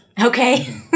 Okay